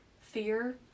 fear